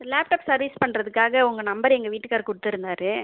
laptop service பண்ணுறதுக்காக உங்கள் number எங்கள் வீட்டுக்காரரு கொடுத்துருந்தாரு